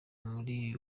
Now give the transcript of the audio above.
muri